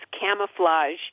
camouflage